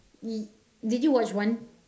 did you watch one